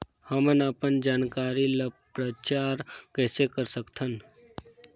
हमन अपन जानकारी ल प्रचार कइसे कर सकथन?